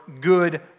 good